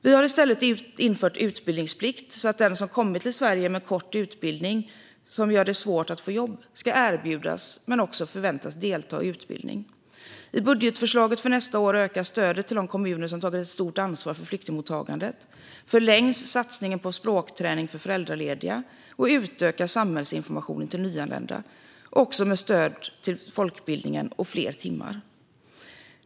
Vi har i stället infört utbildningsplikt, så att den som kommit till Sverige med en så kort utbildning att det blir svårt att få jobb ska erbjudas men också förväntas delta i utbildning. I budgetförslaget för nästa år ökar stödet till de kommuner som tagit ett stort ansvar för flyktingmottagandet, förlängs satsningen på språkträning för föräldralediga och utökas samhällsinformationen till nyanlända, också med stöd till folkbildningen och fler timmar.